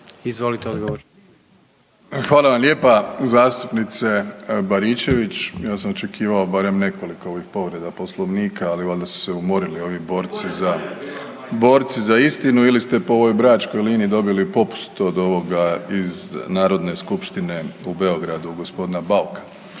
Andrej (HDZ)** Hvala lijepa zastupnice Baričević. Ja sam očekivao barem nekoliko ovih povreda Poslovnika, ali valjda su se umorili ovi borci za istinu ili ste po ovoj bračkoj liniji dobili popust od ovoga iz Narodne skupštine u Beogradu g. Bauka.